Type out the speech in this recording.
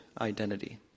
identity